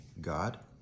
God